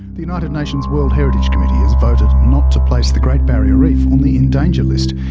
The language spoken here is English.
the united nations world heritage committee has voted not to place the great barrier reef on the in danger list.